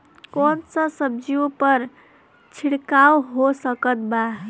कौन सा सब्जियों पर छिड़काव हो सकत बा?